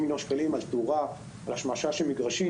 מיליון שקלים לתאורה ולהשמשה של מגרשים.